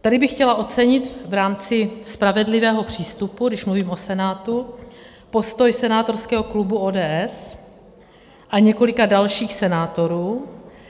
Tady bych chtěla ocenit v rámci spravedlivého přístupu, když mluvím o Senátu, postoj senátorského klubu ODS a několika dalších senátorů,